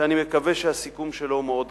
שאני מקווה שהסיכום שלו מאוד קרוב.